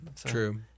True